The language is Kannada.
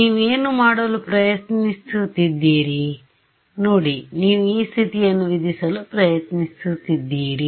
ನೀವು ಏನು ಮಾಡಲು ಪ್ರಯತ್ನಿಸುತ್ತಿದ್ದೀರಿ ನೋಡಿ ನೀವು ಈ ಸ್ಥಿತಿಯನ್ನು ವಿಧಿಸಲು ಪ್ರಯತ್ನಿಸುತ್ತಿದ್ದೀರಿ